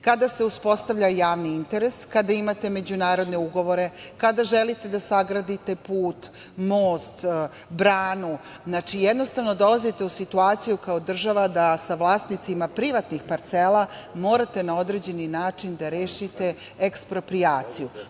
Kada se uspostavlja javni interes, kada imate međunarodne ugovore, kada želite da sagradite put, most, branu jednostavno dolazite u situaciju kao država da sa vlasnicima privatnih parcela morate na određeni način da rešite eksproprijaciju.